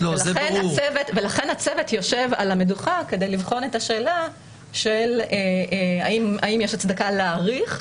ולכן הצוות יושב על המדוכה כדי לבחון את השאלה אם יש הצדקה להאריך.